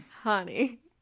honey